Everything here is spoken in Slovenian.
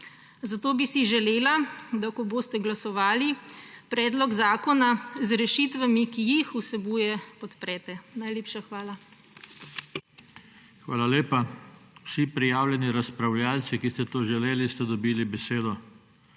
Zato bi si želela, da ko boste glasovali, predlog zakona z rešitvami, ki jih vsebuje, podprete. Najlepša hvala. **PODPREDSEDNIK JOŽE TANKO:** Hvala lepa. Vsi prijavljeni razpravljavci, ki ste to želeli, ste dobili besedo.